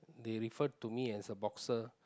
they refer to me as a boxer